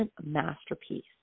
Masterpiece